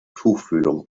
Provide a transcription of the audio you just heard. tuchfühlung